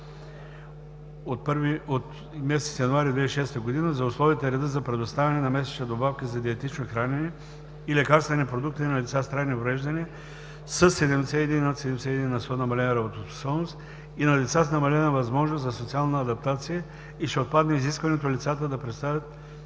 и Наредба № 35 от 2006 г. за условията и реда за предоставяне на месечна добавка за диетично хранене и лекарствени продукти на лица с трайни увреждания със 71 и над 71 на сто намалена работоспособност и на деца с намалена възможност за социална адаптация и ще отпадне изискването лицата да представят